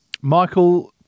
Michael